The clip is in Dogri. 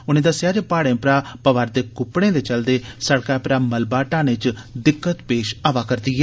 उनें दस्सेया जे प्हाड़े परा पवारदे कुप्पड़े दे चलदे सड़कै परा मलबा हटाने च दिक्कत पेश अवारदी ऐ